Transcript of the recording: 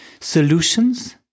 solutions